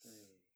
对